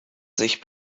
sich